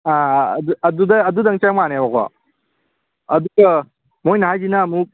ꯑꯥ ꯑꯥ ꯑꯗꯨꯗꯪ ꯆꯪꯃꯟꯅꯦꯕꯀꯣ ꯑꯗꯨꯒ ꯃꯣꯏꯅ ꯍꯥꯏꯁꯤꯅ ꯑꯃꯨꯛ